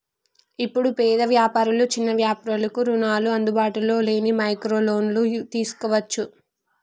ఇప్పుడు పేద వ్యాపారులు చిన్న వ్యాపారులకు రుణాలు అందుబాటులో లేని మైక్రో లోన్లను తీసుకోవచ్చు